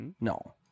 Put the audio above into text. No